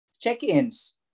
check-ins